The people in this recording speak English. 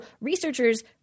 researchers